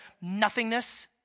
nothingness